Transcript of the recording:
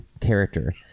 character